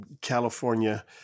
California –